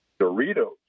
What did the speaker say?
Doritos